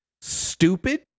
stupid